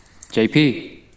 JP